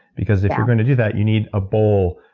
because if you're going to do that, you need a bowl,